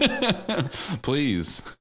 Please